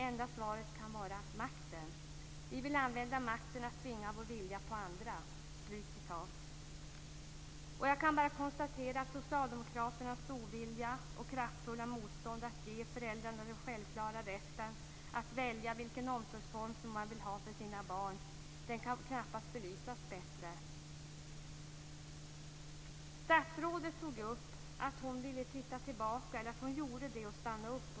Enda svaret kan vara: Makten - vi vill använda makten att tvinga vår vilja på andra." Jag kan bara konstatera Socialdemokraternas ovilja och kraftfulla motstånd att ge föräldrarna den självklara rätten att välja vilken omsorgsform man vill ha för sina barn. Det kan knappast belysas bättre. Statsrådet tog upp att hon ville titta tillbaka, stanna upp.